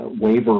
waiver